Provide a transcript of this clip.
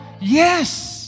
Yes